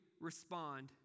respond